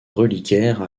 reliquaire